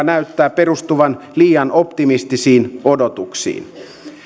näyttää perustuvan liian optimistisiin odotuksiin